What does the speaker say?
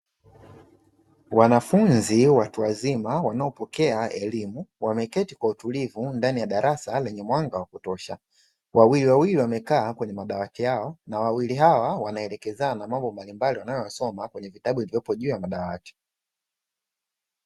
Wanafunzi watu wazima wanaopokea elimu, wameketi kwa utulivu ndani ya darasa lenye mwanga wa kutosha, wawili wawili wamekaa kwenye madawati yao, na wawili hawa wanaelekezana mambo mbalimbali wanayoyasoma kwenye vitabu vilivyopo juu ya madawati.